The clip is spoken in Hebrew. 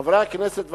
חברי הכנסת,